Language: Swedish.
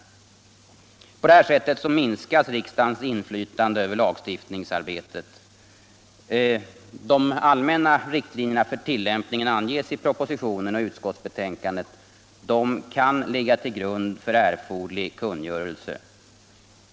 På så sätt minskas riksdagens inflytande över lagstiftningsarbetet. De allmänna riktlinjerna för tillämpningen anges i propositionen och i utskottsbetänkandet. Dessa kan ligga till grund för erforderlig kungörelse.